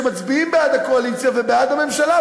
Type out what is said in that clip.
שמצביעים בעד הקואליציה ובעד הממשלה,